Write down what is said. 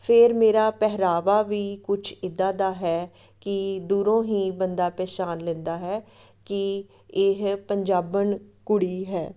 ਫਿਰ ਮੇਰਾ ਪਹਿਰਾਵਾ ਵੀ ਕੁਝ ਇੱਦਾਂ ਦਾ ਹੈ ਕਿ ਦੂਰੋਂ ਹੀ ਬੰਦਾ ਪਹਿਛਾਣ ਲੈਂਦਾ ਹੈ ਕਿ ਇਹ ਪੰਜਾਬਣ ਕੁੜੀ ਹੈ